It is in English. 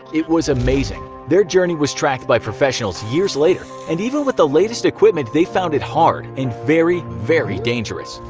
it was amazing, their journey was tracked by professionals years later and even with the latest equipment they found it hard and very, very dangerous.